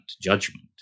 judgment